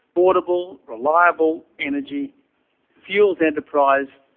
affordable, reliable energy fuels enterprise,